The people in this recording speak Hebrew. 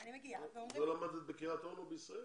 לא למדת בקריית אונו בישראל?